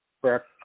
Correct